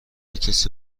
کسی